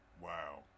Wow